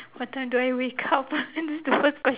what time do I wake up that's the first quest~